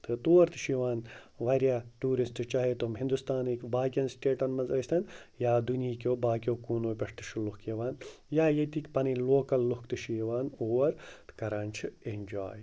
تہٕ تور تہِ چھِ یِوان واریاہ ٹوٗرِسٹ چاہے تِم ہِندوستانٕکۍ باقیَن سِٹیٹَن منٛز ٲسۍتَن یا دُنہیٖکیو باقیو کوٗنو پٮ۪ٹھ تہِ چھُ لُکھ یِوان یا ییٚتِکۍ پَنٕنۍ لوکَل لُکھ تہِ چھِ یِوان اور تہٕ کَران چھِ اٮ۪نجاے